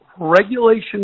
regulation